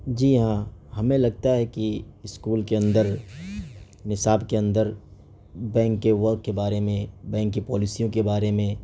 جی ہاں ہمیں لگتا ہے کہ اسکول کے اندر نصاب کے اندر بینک کے ورک کے بارے میں بینک کے پالیسیوں کے بارے میں